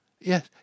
Yes